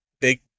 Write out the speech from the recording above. Big